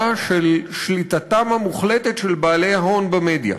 של שליטתם המוחלטת של בעלי ההון במדיה.